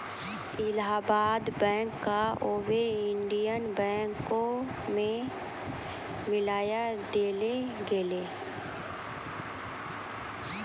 Allahabad bank क आबै Indian बैंको मे मिलाय देलो गेलै